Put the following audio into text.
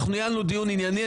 ניהלנו דיון ענייני,